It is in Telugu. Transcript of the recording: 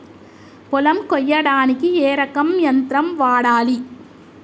పొలం కొయ్యడానికి ఏ రకం యంత్రం వాడాలి?